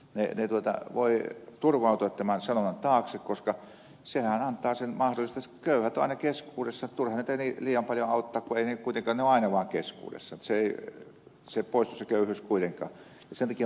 ne voivat turvautua tämän sanonnan taakse koska sehän antaa sen mahdollisuuden että köyhät ovat aina keskuudessamme turha niitä on liian paljon auttaa kun kuitenkin ne ovat aina vaan keskuudessamme se köyhyys ei poistu kuitenkaan